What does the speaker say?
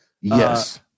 Yes